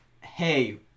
hey